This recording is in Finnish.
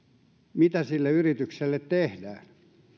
mitä sille yritykselle tehdään